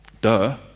Duh